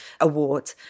award